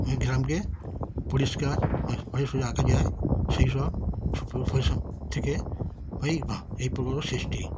আমাদের গ্রামকে পরিষ্কার পরিষ্কার করে রাখা যায় সেই সব পরিষ্কার থেকে এই এই প্রকল্পর সৃষ্টি